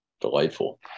Delightful